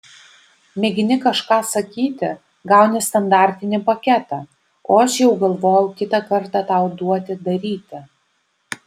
mėgini kažką sakyti gauni standartinį paketą o aš jau galvojau kitą kartą tau duoti daryti